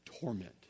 torment